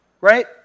right